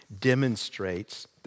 demonstrates